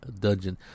dungeon